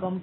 तो कम